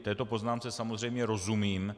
Této poznámce samozřejmě rozumím.